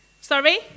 Sorry